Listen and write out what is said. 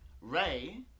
Ray